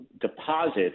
deposits